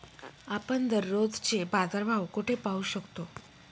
आपण दररोजचे बाजारभाव कोठे पाहू शकतो?